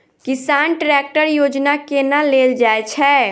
किसान ट्रैकटर योजना केना लेल जाय छै?